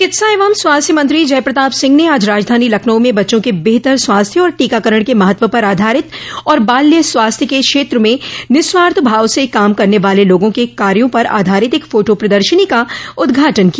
चिकित्सा एवं स्वास्थ्य मंत्री जय प्रताप सिंह ने आज राजधानी लखनऊ में बच्चों के बेहतर स्वास्थ्य और टीकाकरण के महत्व पर आधारित और बाल्य स्वास्थ्य के क्षेत्र में निःस्वार्थ भाव से काम करने वाले लोगो के कार्यो पर आधारित एक फोटो प्रदर्शनी का उद्घाटन किया